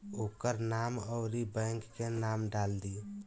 ओकर नाम अउरी बैंक के नाम डाल दीं